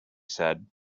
said